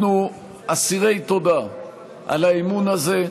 אנחנו אסירי תודה על האמון הזה,